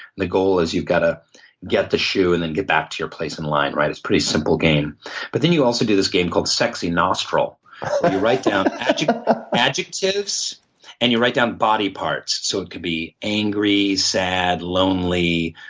the goal is you got to get the shoe and then get back to your place in line, right? it's a pretty simple game but then you also do this game called sexy nostril. but you write down adjectives ah adjectives and you write down body parts. so it could be angry, sad, lonely,